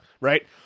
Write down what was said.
Right